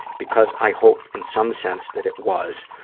because i hope in some sense that it was.